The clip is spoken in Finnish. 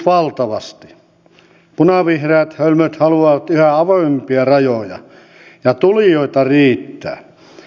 tässä on hyvin samanlaisia puheenvuoroja käytetty ja tulijoita riittää